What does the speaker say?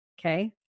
okay